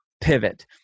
pivot